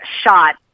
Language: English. shot